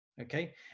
okay